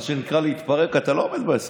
מה שנקרא, להתפרק, אתה לא עומד בהסכם.